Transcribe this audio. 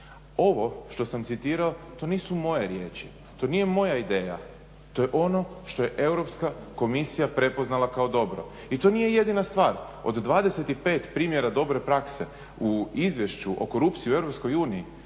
Ovo što sam citirao to nisu moje riječi, to nije moja ideja, to je ono što je Europska komisija prepoznala kao dobro. I to nije jedina stvar. Od 25 primjera dobre prakse u Izvješću o korupciji u EU